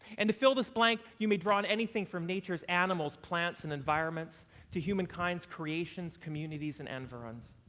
and to fill this blank, you may draw on anything from nature's animals, plants and environments to humankind's creations, communities and environs.